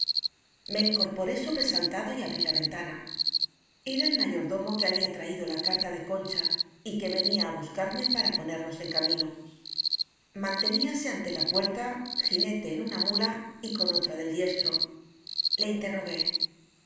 in corporé sobresaltado y abrí la ventana era el mayordomo que había traído la carta de concha y que venía á buscarme para ponernos en camino manteníase ante la puer ta jinete en una muía y con otra del diestro le interrogué